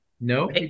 no